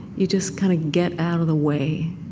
you just kind of get out of the way.